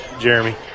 Jeremy